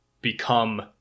become